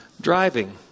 driving